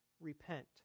repent